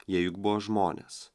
jie juk buvo žmonės